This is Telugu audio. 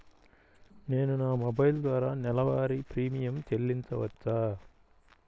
నేను నా మొబైల్ ద్వారా నెలవారీ ప్రీమియం చెల్లించవచ్చా?